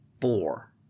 Four